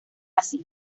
así